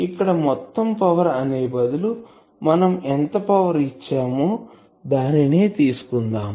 ఇక్కడ మొత్తం పవర్ అనే బదులు మనం ఎంత పవర్ ఇచ్చేమో దానినే తీసుకుందాం